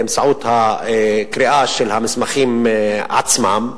באמצעות קריאה של המסמכים עצמם,